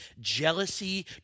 Jealousy